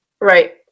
Right